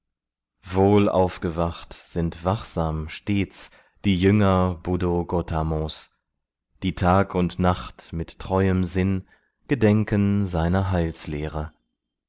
wohl aufgewacht sind wachsam stets die jünger buddho gotamos die tag und nacht mit treuem sinn gedenken seiner